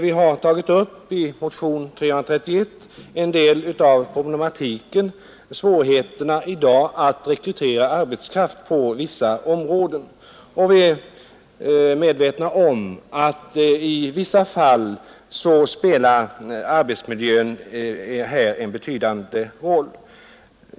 I motionen 331 har vi tagit upp en del av svårigheterna i dag att rekrytera arbetskraft på vissa områden. Vi är medvetna om att i vissa fall spelar arbetsmiljön här en betydande roll.